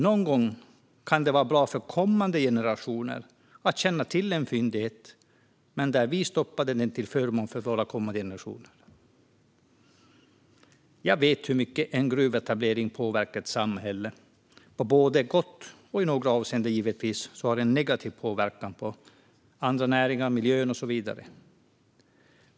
Någon gång kan det vara bra för våra kommande generationer att känna till en fyndighet som vi stoppade etableringen av till förmån för dem. Jag vet hur mycket en gruvetablering påverkar ett samhälle både på gott och på ont. I några avseenden har den givetvis negativ påverkan på andra näringar, miljön och så vidare.